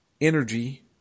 energy